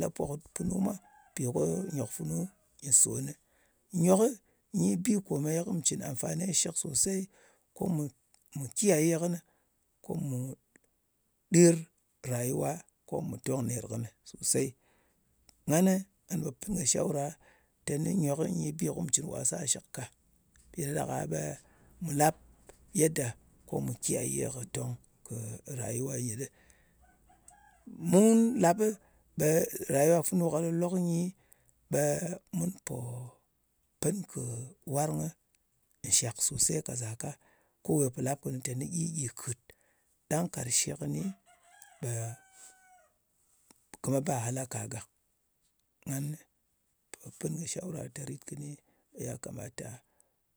Lapò kɨ punu mwa, mpì ko nyòk funu nyɨ sòn nɨ. Nyokɨ nyi bi kòmeye ko mù cɨn amfani shɨk sòsey, ko mù kiyaye kɨnɨ, ko mù ɗir rayuwa, ko mù tòng nèr kɨnɨ sòsey. Ngani nga pò pɨn kɨ shawra, teni nyok nyi bi ko mu cɨn wasa shɨk ka. Mpì ɗa ɗak-a ɓe mu làp yedda ko mù kiyaye kɨ̀ tòng ràyuwa nyɨ ɗɨ. mu lap ɓɨ, ɓe yayuwa funu ka lòk-lok nyi, ɓe mun pò pɨn kɨ warngɨ nshàk sòsey ka zàka. Ko we pò lap kɨnɨ teni gyi, gyɨ kɨt. Ɗang karshe kɨni ɓe kɨ me ba halaka gàk. Ngan pò pɨn kɨ shwara tè, rit kɨni, ɓe ya kamata,